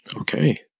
Okay